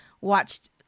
watched